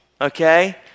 okay